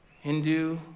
Hindu